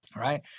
right